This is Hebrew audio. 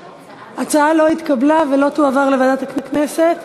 ההצעה לא התקבלה ולא תועבר לוועדת הכנסת.